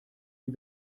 die